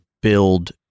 build